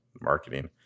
Marketing